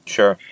Sure